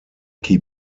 keep